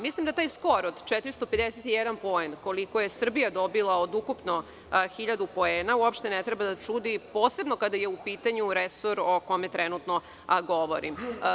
Mislim da taj skor od 451 poen, koliko je Srbija dobila od ukupno 1.000 poena, uopšte ne treba da čudi, posebno kada je u pitanju resor o kome trenutno govorim.